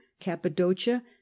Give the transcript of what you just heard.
cappadocia